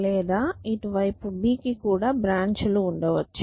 లేదా ఇటు వైపు b కి కూడా బ్రాంచ్ లు ఉండవచ్చు